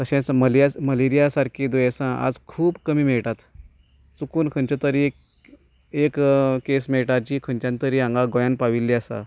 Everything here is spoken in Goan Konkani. तशेंच मलेर मलेरिया सारकीं दुयेंसा आज खूब कमी मेळटात चुकून खंयचो तरी एक एक केस मेळटा जी खंयच्यान तरी हांगा गोंयांत पाविल्ली आसा